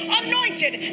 anointed